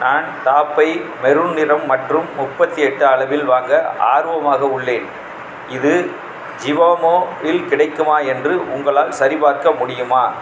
நான் டாப்பை மெரூன் நிறம் மற்றும் முப்பத்தி எட்டு அளவில் வாங்க ஆர்வமாக உள்ளேன் இது ஜிவாமோ இல் கிடைக்குமா என்று உங்களால் சரிபார்க்க முடியுமா